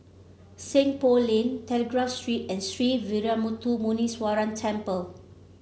Seng Poh Lane Telegraph Street and Sree Veeramuthu Muneeswaran Temple